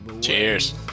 cheers